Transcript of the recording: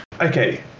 Okay